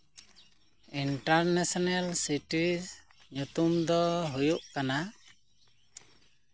international city ᱧᱩᱛᱩᱢ ᱫᱚ ᱦᱩᱭᱩᱜ ᱠᱟᱱᱟ